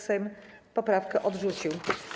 Sejm poprawkę odrzucił.